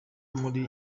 muri